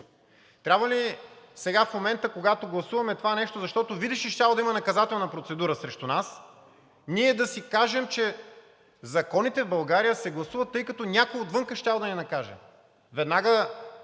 Трябва ли сега, в момента, когато гласуваме това нещо, защото, видиш ли, щяло да има наказателна процедура срещу нас, ние да си кажем, че законите в България се гласуват, тъй като някой отвън щял да ни накаже.